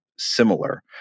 similar